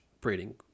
breeding